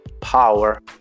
power